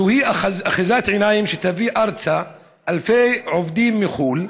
זוהי אחיזת עיניים שתביא ארצה אלפי עובדים מחו"ל,